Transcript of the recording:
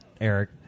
eric